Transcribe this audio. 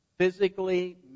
physically